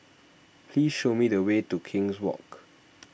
please show me the way to King's Walk